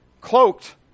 cloaked